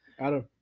Adam